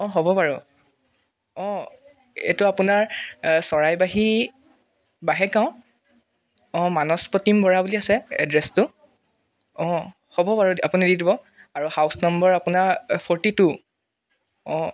অঁ হ'ব বাৰু অঁ এইটো আপোনাৰ চৰাইবাহী বাহেক গাঁও অঁ মানসপ্ৰতিম বৰা বুলি আছে এড্ৰেছটো অঁ হ'ব বাৰু আপুনি দি দিব আৰু হাউছ নম্বৰ আপোনাৰ ফৰ্টি টু অঁ